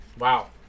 Wow